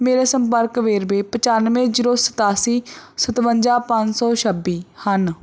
ਮੇਰੇ ਸੰਪਰਕ ਵੇਰਵੇ ਪਚਾਨਵੇਂ ਜੀਰੋ ਸਤਾਸੀ ਸਤਵੰਜਾ ਪੰਜ ਸੌ ਛੱਬੀ ਹਨ